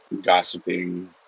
Gossiping